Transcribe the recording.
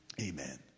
amen